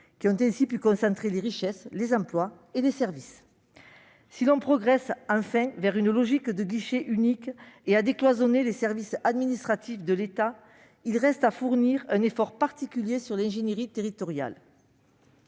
qui ont ainsi pu concentrer les richesses, les emplois et les services. Si l'on progresse enfin vers une logique de guichet unique et le décloisonnement des services administratifs de l'État, un effort particulier sur l'ingénierie territoriale